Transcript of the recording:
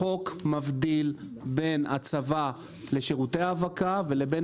החוק מבדיל בין הצבה לשירותי האבקה ובין